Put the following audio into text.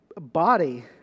body